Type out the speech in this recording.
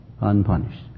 unpunished